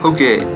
Okay